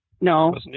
no